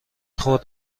خود